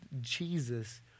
Jesus